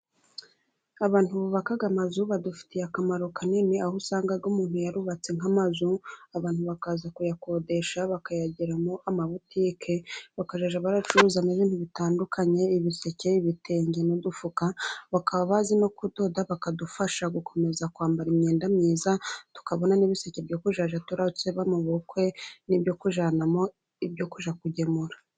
Abantu bubaka amazu badufitiye akamaro kanini, aho usanga umuntu yarubatse nk'amazu abantu bakaza kuyakodesha, bakayageramo amabutike, bakajya barayacuruza n'ibindi bitandukanye, ibiseke, ibitenge n'udufuka, bakaba bazi no kudoda, bakadufasha gukomeza kwambara imyenda myiza, tukabona n'ibiseke byo kuzajya turatseba mu bukwe n'ibyo kujyanamo ibyo kugemura